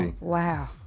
Wow